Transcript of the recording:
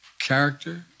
character